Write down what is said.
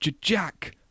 Jack